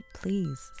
please